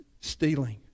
stealing